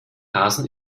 rasen